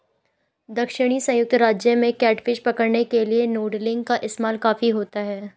दक्षिणी संयुक्त राज्य में कैटफिश पकड़ने के लिए नूडलिंग का इस्तेमाल काफी होता है